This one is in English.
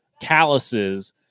calluses